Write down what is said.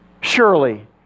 Surely